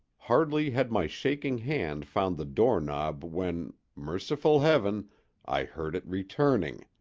hardly had my shaking hand found the doorknob when merciful heaven i heard it returning.